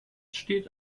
steht